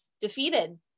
defeated